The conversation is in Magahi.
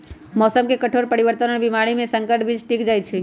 मौसम के कठोर परिवर्तन और बीमारी में संकर बीज टिक जाई छई